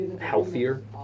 healthier